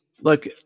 Look